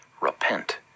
Repent